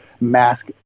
mask